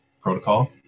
protocol